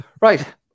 Right